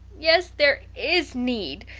yes, there is need!